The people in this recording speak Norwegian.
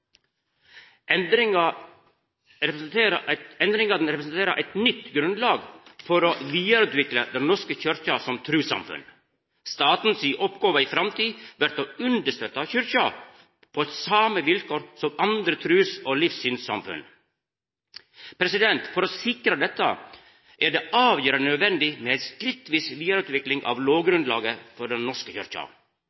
representerer eit nytt grunnlag for å vidareutvikla Den norske kyrkja som trussamfunn. Staten si oppgåve i framtida vert å understøtta Kyrkja på same vilkår som andre trus- og livssynssamfunn. For å sikra dette er det avgjerande nødvendig med ei skrittvis vidareutvikling av